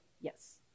Yes